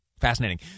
Fascinating